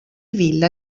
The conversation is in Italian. villa